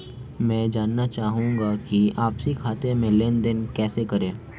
मैं जानना चाहूँगा कि आपसी खाते में लेनदेन कैसे करें?